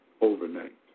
overnight